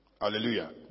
Hallelujah